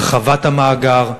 הרחבת המאגר,